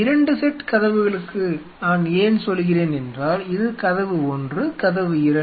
2 set கதவுகளுக்கு நான் ஏன் சொல்கிறேன் என்றால் இது கதவு ஒன்று கதவு இரண்டு